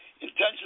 intention